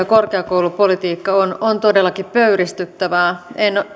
ja korkeakoulupolitiikka on on todellakin pöyristyttävää en